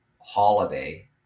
holiday